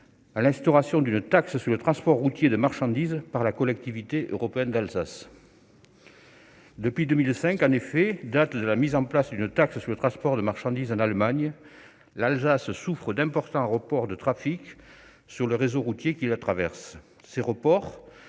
à l'instauration d'une taxe sur le transport routier de marchandises par la Collectivité européenne d'Alsace. Depuis 2005 en effet, date de la mise en place d'une taxe sur le transport de marchandises en Allemagne, l'Alsace souffre d'importants reports de trafic sur le réseau routier qui la traverse. Ces reports